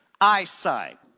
Eyesight